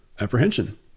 apprehension